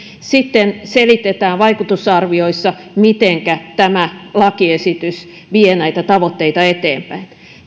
sitten selitetään vaikutusarvioissa mitenkä tämä lakiesitys vie näitä tavoitteita eteenpäin